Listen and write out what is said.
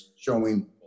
showing